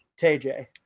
TJ